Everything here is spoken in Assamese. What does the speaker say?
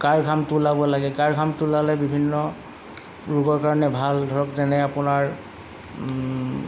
গাৰ ঘামটো ওলাব লাগে গাৰ ঘামটো ওলালে বিভিন্ন ৰোগৰ কাৰণে ভাল ধৰক যেনে আপোনাৰ